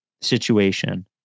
situation